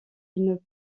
une